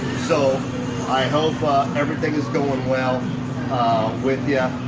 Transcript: so i hope everything is going well with you.